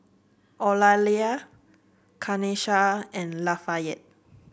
Eulalia Kanesha and Lafayette